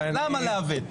למה לעוות?